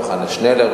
במחנה-שנלר,